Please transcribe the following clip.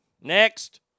Next